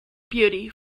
beauty